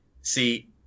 See